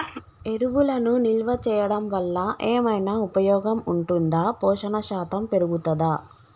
ఎరువులను నిల్వ చేయడం వల్ల ఏమైనా ఉపయోగం ఉంటుందా పోషణ శాతం పెరుగుతదా?